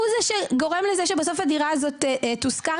הוא זה שגורם לזה שבסוף הדירה הזאת תושכר